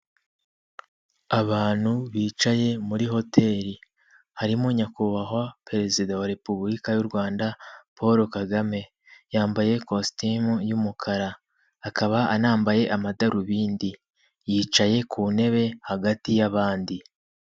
Abantu bicaye muri hoteli harimo nyakubahwa perezida wa repubulika y'u Rwanda Paul Kagame, yambaye ikositimu y'umukara, akaba anambaye amadarubindi, yicaye ku ntebe hagati y'abandi.